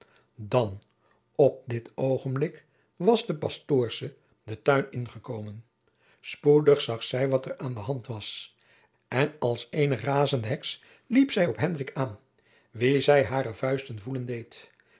dan op dit oogenblik was de pastoorsche den tuin ingekomen spoedig zag zij wat er aan de hand was en als eene razende heks liep zij op hendrik aan wien zij hare vuisten voelen deed